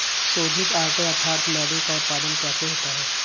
शोधित आटे अर्थात मैदे का उत्पादन कैसे होता है?